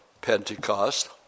Pentecost